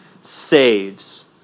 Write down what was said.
saves